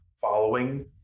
following